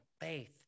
faith